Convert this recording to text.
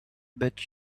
but